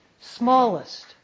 smallest